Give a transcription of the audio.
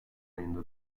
ayında